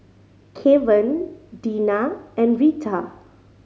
Kevan Dina and Retha